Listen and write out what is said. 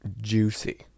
juicy